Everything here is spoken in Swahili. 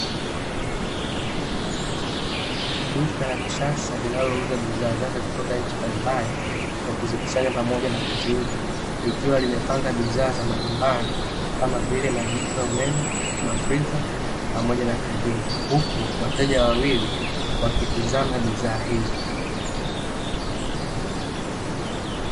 Duka la kisasa linalouza bidhaa zake kutoka nchi mbalimbali, kwa kuzikusanya pamoja na kuziuza, likiwa limepanga bidhaa za majumbani kama vile majiko ya umeme, mafriza, pamoja na TV, huku wateja wawili wakitizama bidhaa hizo.